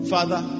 Father